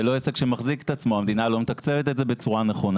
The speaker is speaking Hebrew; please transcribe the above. זה לא עסק שמחזיק את עצמו כי המדינה לא מתקצבת את זה בצורה נכונה.